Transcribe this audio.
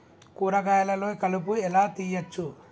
కూరగాయలలో కలుపు ఎలా తీయచ్చు?